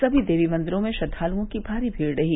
सकी देवी मंदिरों में श्रद्वालुओं की भारी भीड़ रही